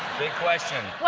good question.